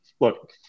look